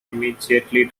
immediately